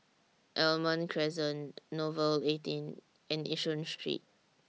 Almond Crescent Nouvel eighteen and Yishun Street